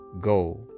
go